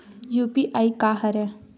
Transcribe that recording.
UPI का हरय?